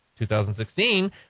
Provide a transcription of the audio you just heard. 2016